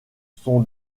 son